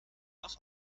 auch